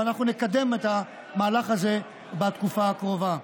ואנחנו נקדם את המהלך הזה בתקופה הקרובה.